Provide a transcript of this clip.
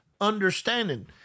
understanding